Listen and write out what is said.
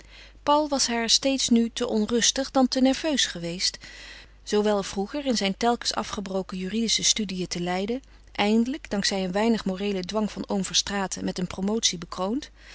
paul was haar steeds nu te onrustig dan te nerveus geweest zoowel vroeger in zijn telkens afgebroken juridische studiën te leiden eindelijk dank zij een weinig moreelen dwang van oom verstraeten met een promotie bekroond